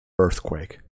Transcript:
Earthquake